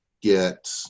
get